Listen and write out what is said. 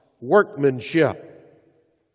workmanship